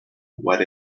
what